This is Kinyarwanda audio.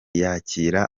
yakira